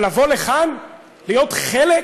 אבל לבוא לכאן, להיות חלק?